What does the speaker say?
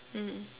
mmhmm